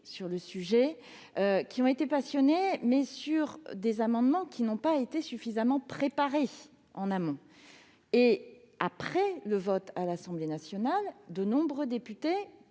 nationale ont été passionnés, mais les amendements n'avaient pas été suffisamment préparés en amont. Après le vote à l'Assemblée nationale, de nombreux députés,